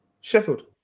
Sheffield